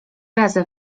razy